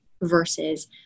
versus